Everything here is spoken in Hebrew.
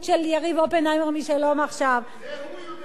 של יריב אופנהיימר מ"שלום עכשיו" זה הוא יודע